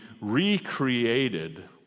recreated